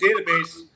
database